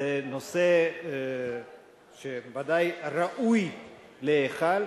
זה נושא שוודאי ראוי להיכל.